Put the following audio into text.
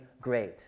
great